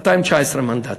אתה עם 19 מנדטים.